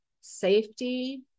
safety